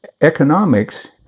economics